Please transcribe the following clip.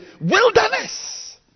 Wilderness